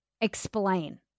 explain